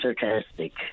sarcastic